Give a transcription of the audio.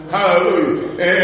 Hallelujah